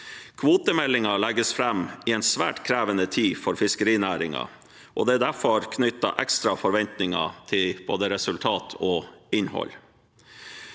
Kvotemeldingen legges fram i en svært krevende tid for fiskerinæringen, og det er derfor knyttet ekstra forventninger til både resultat og innhold.